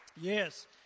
Yes